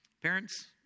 Parents